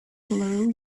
blow